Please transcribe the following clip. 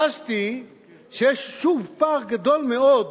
חשתי שיש, שוב, פער גדול מאוד,